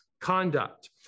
conduct